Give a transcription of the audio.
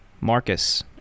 Marcus